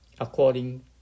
according